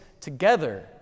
together